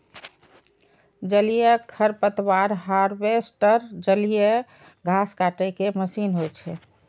जलीय खरपतवार हार्वेस्टर जलीय घास काटै के मशीन होइ छै